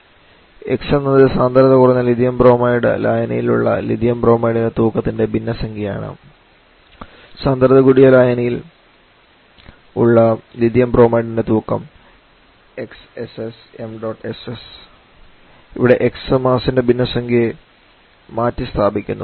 x എന്നത് സാന്ദ്രത കുറഞ്ഞ ലിഥിയം ബ്രോമൈഡ് ലായനിയിൽ ഉള്ള ലിഥിയം ബ്രോമൈഡ്ൻറെ തൂക്കത്തിൻറെ ഭിന്നസംഖ്യ ആണ് സാന്ദ്രത കൂടിയ ലായനിയിൽ ഉള്ള ലിഥിയം ബ്രോമൈഡ്ൻറെ തൂക്കം ഇവിടെ x മാസിൻറെ ഭിന്നസംഖ്യയെ മാറ്റി സ്ഥാപിക്കുന്നു